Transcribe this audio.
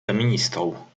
feministą